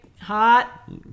hot